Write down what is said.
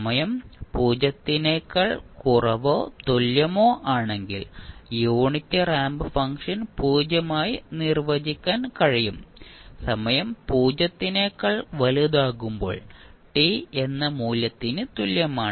സമയം 0 നേക്കാൾ കുറവോ തുല്യമോ ആണെങ്കിൽ യൂണിറ്റ് റാമ്പ് ഫംഗ്ഷൻ പൂജ്യമായി നിർവചിക്കാൻ കഴിയും സമയം 0 നെക്കാൾ വലുതാകുമ്പോൾ t എന്ന മൂല്യത്തിന് തുല്യമാണ്